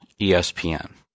ESPN